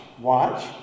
watch